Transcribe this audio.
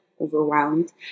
overwhelmed